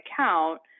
account